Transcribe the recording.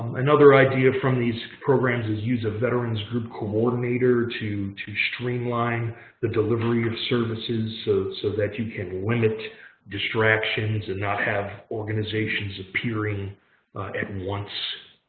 another idea from these programs is use a veterans group coordinator to to streamline the delivery of services so that you can limit distractions and not have organizations appearing at once.